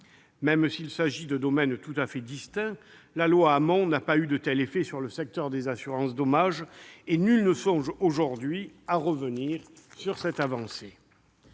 elle porte sur un domaine tout à fait différent, la loi Hamon n'a pas eu de tel effet sur le secteur des assurances dommages, et nul ne songe aujourd'hui à revenir sur cette avancée.